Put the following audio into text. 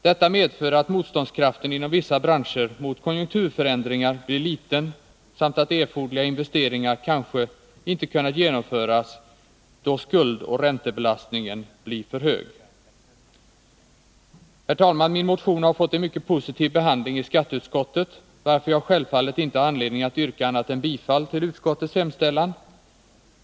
Detta medför att motståndskraften inom vissa branscher mot konjunkturförändringar blir liten samt att erforderliga investeringar kanske ej kunnat genomföras, då skuldoch räntebelastningen blir för hög. Herr talman! Min motion har fått en mycket positiv behandling i skatteutskottet, varför jag självfallet inte har anledning att yrka annat än bifall till utskottets hemställan.